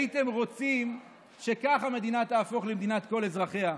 הייתם רוצים שכך המדינה תהפוך למדינת כל אזרחיה,